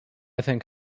think